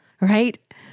right